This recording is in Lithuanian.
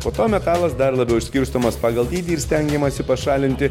po to metalas dar labiau išskirstomas pagal dydį ir stengiamasi pašalinti